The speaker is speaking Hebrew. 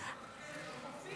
של להיות בכלא.